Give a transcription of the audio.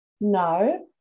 No